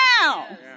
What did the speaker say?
now